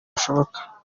bushoboka